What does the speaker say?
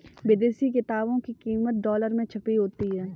विदेशी किताबों की कीमत डॉलर में छपी होती है